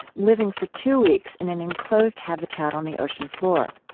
living for two weeks in an enclosed habitat on the ocean floor.